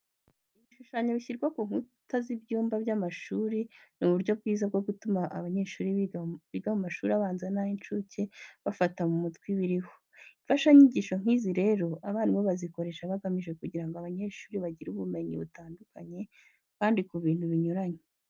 Ibishushanyo bishyirwa ku nkuta z'ibyumba by'amashuri ni uburyo bwiza bwo gutuma abanyeshuri biga mu mashuri abanza n'ay'incuke bafata mu mutwe ibiriho. Imfashanyigisho nk'izi rero abarimu bazikoresha bagamije kugira ngo abanyeshuri bagire ubumenyi butandukanye kandi ku bintu binyuranye.